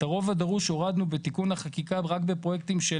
את הרוב הדרוש הורדנו בתיקון החקיקה רק בפרויקטים של